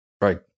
Right